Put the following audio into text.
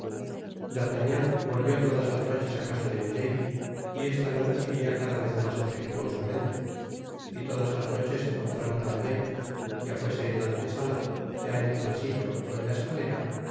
d'artagnan volvió todas las noches á casa de milady y esta le recibia óada vez mas afectuosamente f todas las noches encontraba tambien ya fuese en la antesala ya eii'el pasillo ó en la escalera